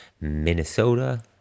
Minnesota